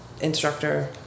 instructor